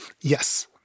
Yes